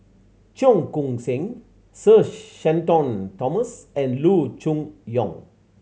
Cheong Koon Seng Sir Shenton Thomas and Loo Choon Yong